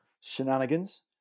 shenanigans